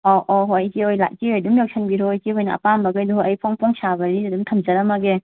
ꯑꯧ ꯑꯧ ꯍꯣꯏ ꯏꯆꯦ ꯍꯣꯏ ꯏꯆꯦ ꯍꯣꯏ ꯑꯗꯨꯝ ꯌꯧꯁꯤꯟꯕꯤꯔꯛꯑꯣ ꯏꯆꯦ ꯍꯣꯏꯅ ꯑꯄꯥꯝꯕꯈꯩꯗꯨ ꯑꯩ ꯐꯣꯡ ꯐꯣꯡ ꯁꯥꯕ ꯔꯦꯗꯤꯗ ꯑꯗꯨꯝ ꯊꯝꯖꯔꯝꯃꯒꯦ